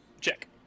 Check